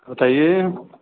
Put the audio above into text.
बताइये